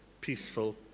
peaceful